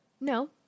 no